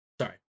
sorry